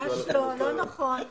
ממש לא, לא נכון.